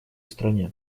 стране